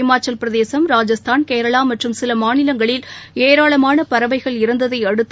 இமாச்சல பிரதேசும் ராஜஸ்தான் கேரளா மற்றும் சில மாநிலங்களில் ஏராளமான பறவைகள் இறந்ததை அடுத்து